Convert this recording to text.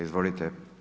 Izvolite!